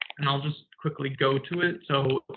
and i'll just quickly go to it. so,